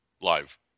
Live